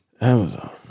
Amazon